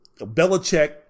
Belichick